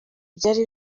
byari